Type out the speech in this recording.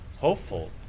hopeful